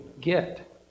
get